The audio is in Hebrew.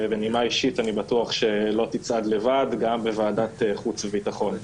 ובנימה אישית אני בטוח שלא תצעד לבד גם בוועדת חוץ וביטחון.